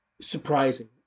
Surprising